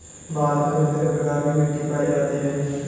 भारत में कितने प्रकार की मिट्टी पायी जाती है?